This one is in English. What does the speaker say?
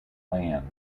land